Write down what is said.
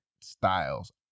styles